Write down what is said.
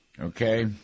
Okay